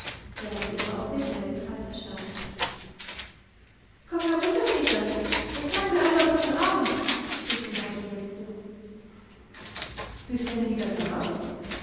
der noch immer auf demselben platze stand komm herunter peter und sag mir einmal guten abend rief ihm heidi jetzt zu bist denn wieder da